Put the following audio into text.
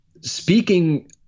speaking